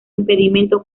impedimento